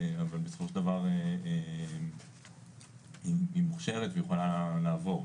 אבל בסופו של דבר היא מוכשרת והיא יכולה לעבור,